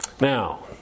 Now